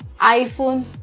iPhone